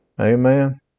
Amen